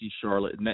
Charlotte